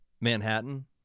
Manhattan